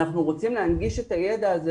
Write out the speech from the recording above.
אנחנו רוצים להנגיש את הידע הזה.